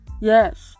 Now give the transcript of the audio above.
Yes